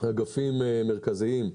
האגפים המרכזיים: